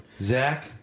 Zach